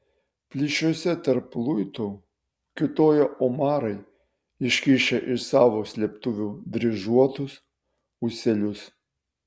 plyšiuose tarp luitų kiūtojo omarai iškišę iš savo slėptuvių dryžuotus ūselius